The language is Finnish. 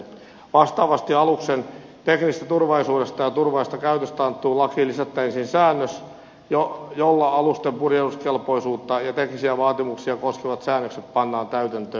vastaavasti aluksen teknisestä turvallisuudesta ja turvallisesta käytöstä annettuun lakiin lisättäisiin säännös jolla alusten purjehduskelpoisuutta ja teknisiä vaatimuksia koskevat säännökset pannaan täytäntöön